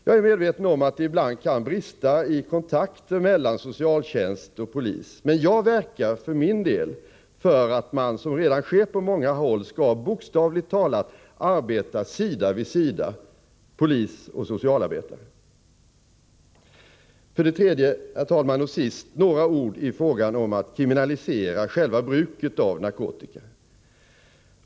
Jag är medveten om att det ibland kan brista i kontakten mellan socialtjänst och polis. Men jag verkar för min del för att man, som redan sker på många håll, skall bokstavligt talat arbeta sida vid sida — polis och socialarbetare. För det tredje, herr talman, gäller det frågan om att kriminalisera själva bruket av narkotika.